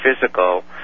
physical